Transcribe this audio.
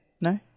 No